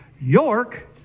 York